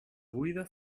buida